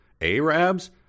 Arabs